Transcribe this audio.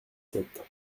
sept